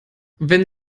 wenn